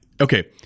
okay